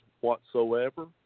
whatsoever